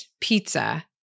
pizza